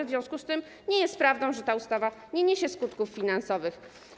W związku z tym nie jest prawdą, że ta ustawa nie niesie skutków finansowych.